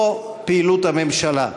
או פעילות הממשלה.